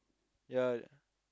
ya